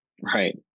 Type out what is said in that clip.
right